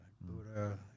Buddha